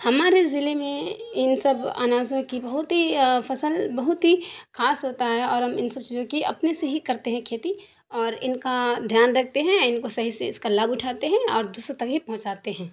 ہمارے ضلعے میں ان سب اناجوں کی بہت ہی فصل بہت ہی خاص ہوتا ہے اور ہم ان سب چیزوں کی اپنے سے ہی کرتے ہیں کھیتی اور ان کا دھیان رکھتے ہیں ان کو صحیح سے اس کا لابھ اٹھاتے ہیں اور دوسروں تک بھی پہنچاتے ہیں